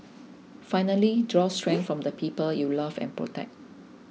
finally draw strength from the people you love and protect